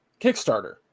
Kickstarter